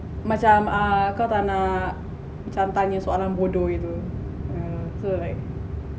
macam err kau tak nak macam tanya soalan bodoh gitu so like